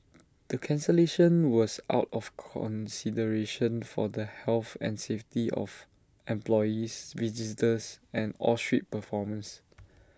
the cancellation was out of consideration for the health and safety of employees visitors and all street performers